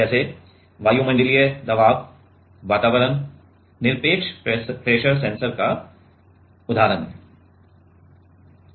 जैसे वायुमंडलीय दबाव वातावरण निरपेक्ष प्रेशर सेंसर का उदाहरण है